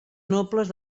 nobles